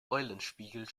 eulenspiegel